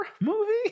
movie